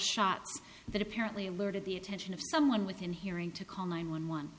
shots that apparently alerted the attention of someone within hearing to call nine one one